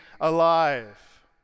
alive